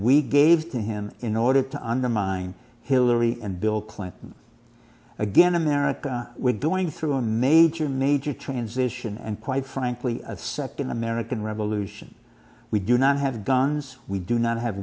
we gave to him in order to undermine hillary and bill clinton again america we're going through a major major transition and quite frankly a second american revolution we do not have guns we do not have